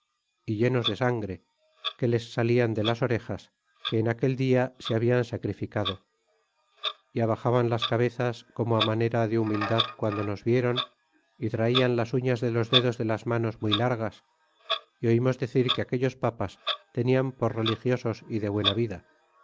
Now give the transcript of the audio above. y llenos de sangre que les salian de las orejas que en aquel dia se habían sacrificado y abaxaban las cabezas como á manera de humildad quando nos vieron y traían las uñas de los dedos de las manos muy largas a oímos decir que aquellos papas tenían por religiosos y de buena vida